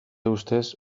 ustez